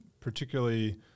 particularly